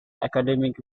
academic